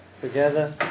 together